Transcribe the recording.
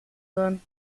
sein